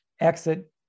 exit